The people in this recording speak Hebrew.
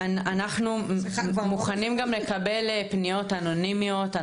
אנחנו מוכנים גם לקבל פניות אנונימיות.